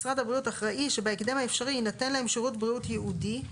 משרד הבריאות אחראי שבהקדם האפשרי יינתן להם שירות בריאות ייעודי,